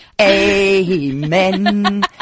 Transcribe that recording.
amen